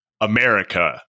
America